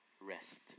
rest